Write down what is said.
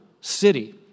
city